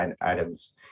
items